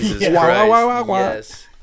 Yes